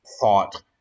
thought